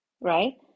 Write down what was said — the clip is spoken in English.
right